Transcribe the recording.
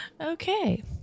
Okay